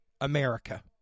America